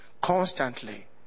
Constantly